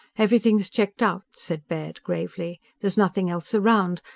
everything's checked out, said baird gravely. there's nothing else around.